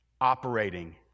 operating